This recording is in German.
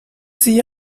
sie